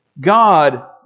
God